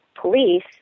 police